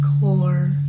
core